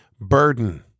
burden